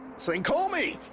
saying call me